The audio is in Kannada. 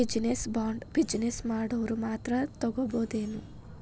ಬಿಜಿನೆಸ್ ಬಾಂಡ್ನ ಬಿಜಿನೆಸ್ ಮಾಡೊವ್ರ ಮಾತ್ರಾ ತಗೊಬೊದೇನು?